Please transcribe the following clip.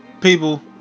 people